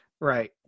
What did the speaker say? right